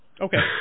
Okay